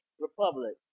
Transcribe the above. Republic